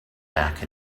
back